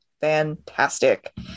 fantastic